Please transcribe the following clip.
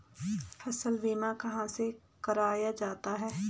फसल बीमा कहाँ से कराया जाता है?